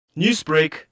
Newsbreak